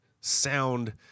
sound